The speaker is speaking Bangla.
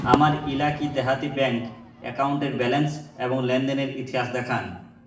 আমার ইলাকি দেহাতি ব্যাঙ্ক অ্যাকাউন্টের ব্যালেন্স এবং লেনদেনের ইতিহাস দেখান